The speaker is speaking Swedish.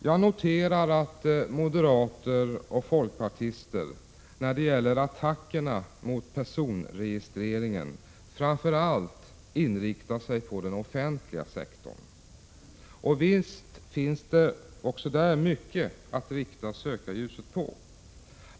Jag noterar att moderater och folkpartister framför allt inriktar sig på den offentliga sektorn när det gäller attackerna mot personregistreringen. Och visst finns det också där mycket att rikta sökarljuset på.